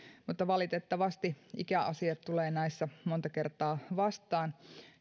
valitettavasti ikäasiat tulevat näissä monta kertaa vastaan